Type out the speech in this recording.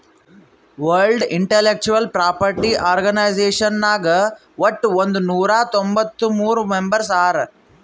world intellectual property organization ನಾಗ್ ವಟ್ ಒಂದ್ ನೊರಾ ತೊಂಬತ್ತ ಮೂರ್ ಮೆಂಬರ್ಸ್ ಹರಾ